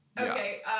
Okay